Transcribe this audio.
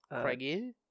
Craigie